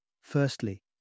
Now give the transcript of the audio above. Firstly